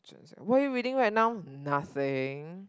what you reading right now nothing